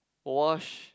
wash